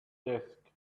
desk